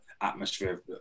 atmosphere